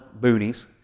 boonies